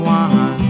one